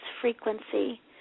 frequency